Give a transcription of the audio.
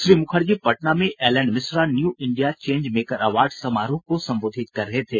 श्री मुखर्जी पटना में L N Mishra new India change maker award समारोह को संबोधित कर रहे थे